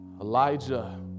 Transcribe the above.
Elijah